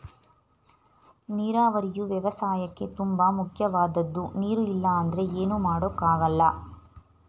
ನೀರಾವರಿಯು ವ್ಯವಸಾಯಕ್ಕೇ ತುಂಬ ಮುಖ್ಯವಾದದ್ದು ನೀರು ಇಲ್ಲ ಅಂದ್ರೆ ಏನು ಮಾಡೋಕ್ ಆಗಲ್ಲ